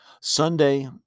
Sunday